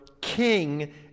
king